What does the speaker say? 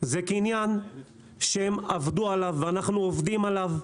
זה קניין שהם עבדו עליו ואנחנו עובדים עליו.